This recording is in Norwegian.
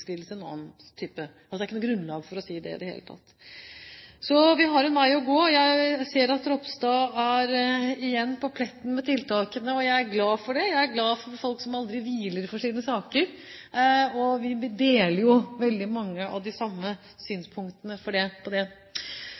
annen type lidelse. Det er ikke noe grunnlag for å si det i det hele tatt. Vi har en vei å gå. Jeg ser at Ropstad igjen er på pletten med tiltakene, og jeg er glad for det. Jeg er glad for at folk aldri hviler i forbindelse med sine saker, og vi deler jo veldig mange av de samme synspunktene på dette. Representanten Røe Isaksen var inne på